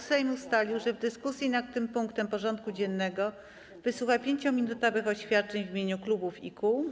Sejm ustalił, że w dyskusji nad tym punktem porządku dziennego wysłucha 5-minutowych oświadczeń w imieniu klubów i kół.